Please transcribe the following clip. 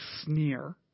sneer